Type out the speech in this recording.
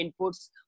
inputs